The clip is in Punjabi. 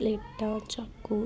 ਪਲੇਟਾ ਚਾਕੂ